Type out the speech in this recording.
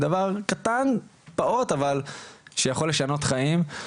דבר קטן, פעוט, אבל שיכול לשנות חיים.